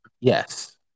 Yes